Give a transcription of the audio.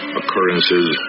occurrences